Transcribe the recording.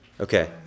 Okay